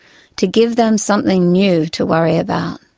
to give them something new to worry about.